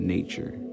Nature